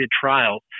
trials